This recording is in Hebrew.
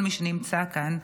ולכל מי שנמצא כאן.